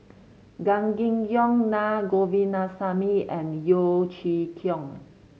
Gan Kim Yong Naa Govindasamy and Yeo Chee Kiong